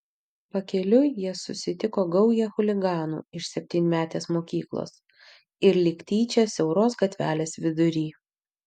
pakeliui jie susitiko gaują chuliganų iš septynmetės mokyklos ir lyg tyčia siauros gatvelės vidury